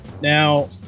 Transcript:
Now